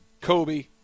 Kobe